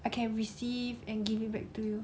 I can receive and give it back to you